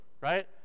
right